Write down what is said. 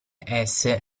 esse